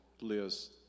Liz